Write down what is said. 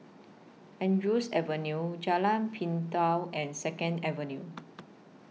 Andrews Avenue Jalan Pintau and Second Avenue